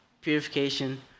purification